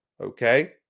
Okay